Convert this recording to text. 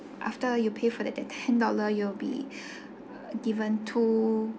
after you pay for the ten dollar you'll be given two